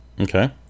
Okay